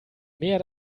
mehr